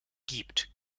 gibt